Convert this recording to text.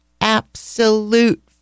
absolute